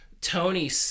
Tony